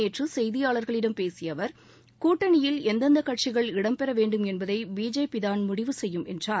நேற்றுசெய்தியாளர்களிடம் மகுரையில் பேசியஅவர் கட்டணியில் எந்தெந்தகட்சிகள் இடம்பெறவேண்டும் என்பதைபிஜேபிதான் முடிவு செய்யும் என்றார்